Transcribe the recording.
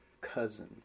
cousin